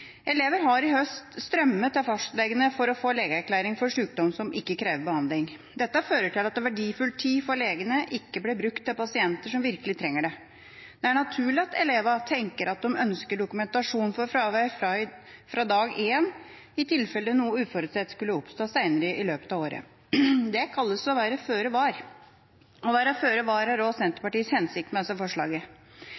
Elever har i høst strømmet til fastlegene for å få legeerklæring for sykdom som ikke krever behandling. Dette fører til at verdifull tid for legene ikke blir brukt til pasienter som virkelig trenger det. Det er naturlig at elevene tenker at de ønsker dokumentasjon for fravær fra dag én, i tilfelle noe uforutsett skulle oppstå senere i løpet av året. Det kalles å være føre var. Å være føre